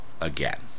again